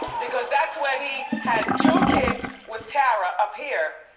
because that's when he had two kids with tara up here.